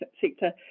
sector